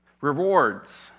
Rewards